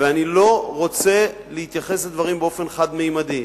ואני לא רוצה להתייחס לדברים באופן חד-ממדי.